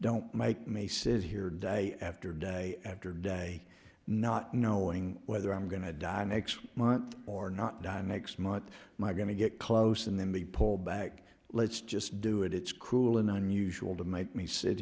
don't make me sit here day after day after day not knowing whether i'm going to die next month or not die next month my going to get close and then be pulled back let's just do it it's cruel and unusual to make me sit